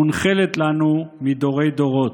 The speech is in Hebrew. המונחלת לנו מדורי-דורות.